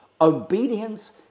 Obedience